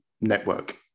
network